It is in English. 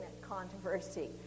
Controversy